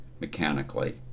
mechanically